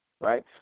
right